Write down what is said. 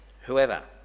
whoever